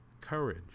Courage